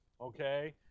okay